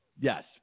yes